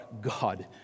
God